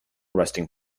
resting